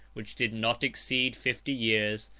which did not exceed fifty years,